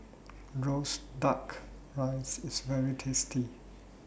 Roasted Duck Rice IS very tasty